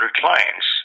clients